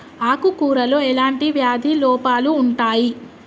ఆకు కూరలో ఎలాంటి వ్యాధి లోపాలు ఉంటాయి?